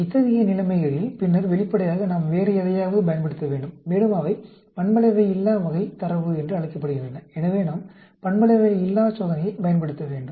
இத்தகைய நிலைமைகளில் பின்னர் வெளிப்படையாக நாம் வேறு எதையாவது பயன்படுத்த வேண்டும் மேலும் அவை பண்பளவையில்லா வகை தரவு என்று அழைக்கப்படுகின்றன எனவே நாம் பண்பளவையில்லாச் சோதனையைப் பயன்படுத்த வேண்டும்